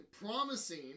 promising